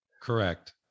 Correct